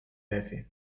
daffy